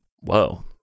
Whoa